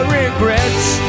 regrets